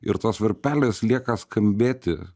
ir tas varpelis lieka skambėti